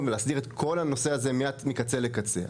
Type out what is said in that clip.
ולהסדיר את כל הנושא הזה מקצה לקצה,